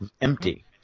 empty